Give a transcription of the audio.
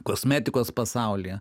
kosmetikos pasaulyje